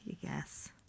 Yes